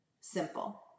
Simple